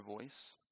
voice